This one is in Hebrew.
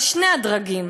על שני הדרגים,